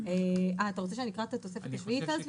אתה רוצה שאני אקרא גם את התוספת השביעית?